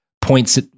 points